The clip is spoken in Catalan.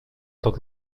tot